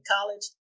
college